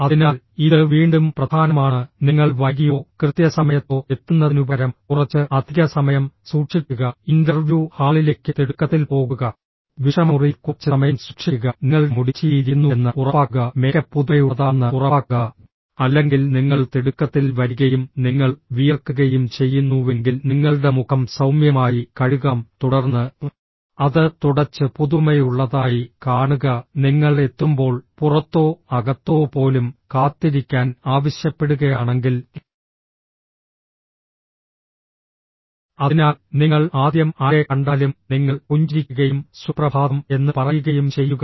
അതിനാൽ ഇത് വീണ്ടും പ്രധാനമാണ് നിങ്ങൾ വൈകിയോ കൃത്യസമയത്തോ എത്തുന്നതിനുപകരം കുറച്ച് അധിക സമയം സൂക്ഷിക്കുക ഇന്റർവ്യൂ ഹാളിലേക്ക് തിടുക്കത്തിൽ പോകുക വിശ്രമമുറിയിൽ കുറച്ച് സമയം സൂക്ഷിക്കുക നിങ്ങളുടെ മുടി ചീകിയിരിക്കുന്നുവെന്ന് ഉറപ്പാക്കുക മേക്കപ്പ് പുതുമയുള്ളതാണെന്ന് ഉറപ്പാക്കുക അല്ലെങ്കിൽ നിങ്ങൾ തിടുക്കത്തിൽ വരികയും നിങ്ങൾ വിയർക്കുകയും ചെയ്യുന്നുവെങ്കിൽ നിങ്ങളുടെ മുഖം സൌമ്യമായി കഴുകാം തുടർന്ന് അത് തുടച്ച് പുതുമയുള്ളതായി കാണുക നിങ്ങൾ എത്തുമ്പോൾ പുറത്തോ അകത്തോ പോലും കാത്തിരിക്കാൻ ആവശ്യപ്പെടുകയാണെങ്കിൽ അതിനാൽ നിങ്ങൾ ആദ്യം ആരെ കണ്ടാലും നിങ്ങൾ പുഞ്ചിരിക്കുകയും സുപ്രഭാതം എന്ന് പറയുകയും ചെയ്യുക